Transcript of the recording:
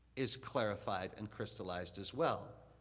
is clarified and crystallized as well.